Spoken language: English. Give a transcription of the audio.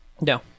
No